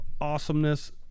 awesomeness